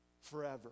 forever